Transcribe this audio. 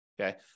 okay